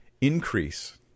increase